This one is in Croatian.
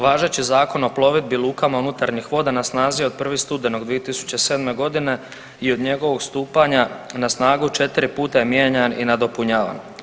Važeći Zakon o plovidbi i lukama unutarnjih voda na snazi je od 1. studenog 2007.g. i od njegovog stupanja na snagu 4 puta je mijenjan i nadopunjavan.